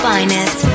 Finest